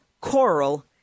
coral